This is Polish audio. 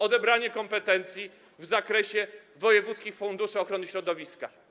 Odebranie kompetencji w zakresie wojewódzkich funduszy ochrony środowiska.